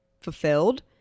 fulfilled